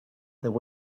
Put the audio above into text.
there